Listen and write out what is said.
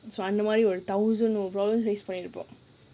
so அந்த மாதிரி:andha maadhiri thousand of problems face பண்ணிருப்போம்:panniruppom